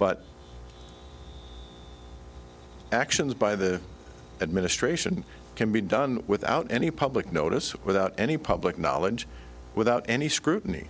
but actions by the administration can be done without any public notice without any public knowledge without any scrutiny